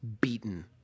beaten